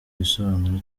bisobanuro